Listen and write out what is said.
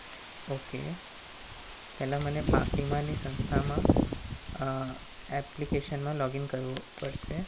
okay પહેલાં મને પાક વીમાની સંસ્થામાં એપ્લિકેશનમાં લૉગિન કરવું પડશે